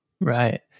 Right